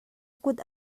kut